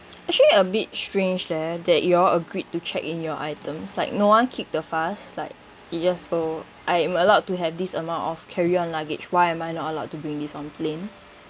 actually a bit strange leh that you all agreed to check in your items like no one kick the fuss like it just for I am allowed to have this amount of carry on luggage why am I not allowed to bring this on plane